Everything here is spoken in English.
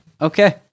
okay